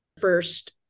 first